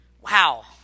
wow